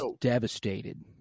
devastated